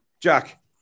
Jack